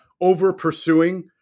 over-pursuing